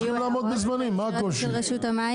הם צריכים לעמוד בלוחות הזמנים.